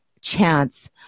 chance